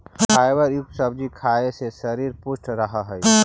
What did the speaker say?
fibre युक्त सब्जी खाए से शरीर पुष्ट रहऽ हइ